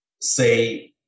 say